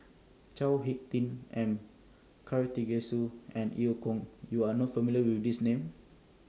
Chao Hick Tin M Karthigesu and EU Kong YOU Are not familiar with These Names